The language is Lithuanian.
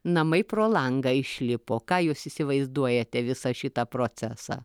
namai pro langą išlipo ką jūs įsivaizduojate visą šitą procesą